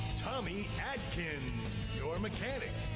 tommy adkins. your mechanics,